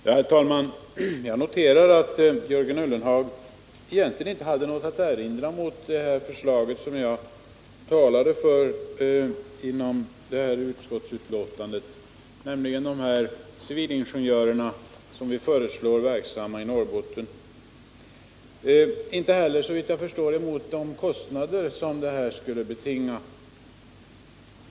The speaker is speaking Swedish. Herr talman! Jag noterar att Jörgen Ullenhag egentligen inte hade något att erinra mot det förslag i utskottsbetänkandet som jag talade för, nämligen de civilingenjörer vi föreslår skall bli verksamma i Norrbotten. Han var inte heller, såvitt jag förstår, emot de kostnader detta skulle betinga.